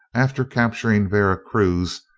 after capturing vera cruz,